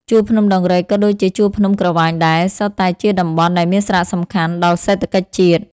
ជួរភ្នំដងរែកក៏ដូចជាជួរភ្នំក្រវាញដែរ សុទ្ធតែជាតំបន់ ដែលមានសារៈសំខាន់ដល់សេដ្ឋកិច្ចជាតិ ។